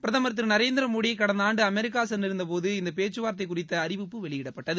பிரதமர் திரு நரேந்திர மோடி கடந்த ஆண்டு அமெரிக்கா சென்றிருந்தபோது இந்த பேச்சுவார்த்தை குறித்த அறிவிப்பு வெளியிடப்பட்டது